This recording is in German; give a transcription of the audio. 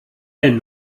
denn